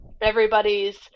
Everybody's